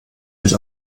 sich